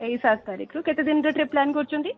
ଏଇ ସାତ ତାରିଖରୁ କେତେଦିନ ଡେଟ୍ରେ ପ୍ଲାନ୍ କରିଛନ୍ତି